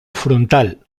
frontal